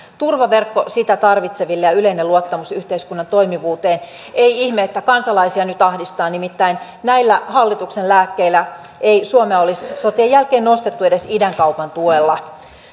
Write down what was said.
turvaverkko sitä tarvitseville ja yleinen luottamus yhteiskunnan toimivuuteen ei ihme että kansalaisia nyt ahdistaa nimittäin näillä hallituksen lääkkeillä ei suomea olisi sotien jälkeen nostettu edes idänkaupan tuella